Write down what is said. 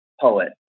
poet